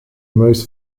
most